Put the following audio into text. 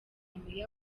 meya